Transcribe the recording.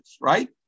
right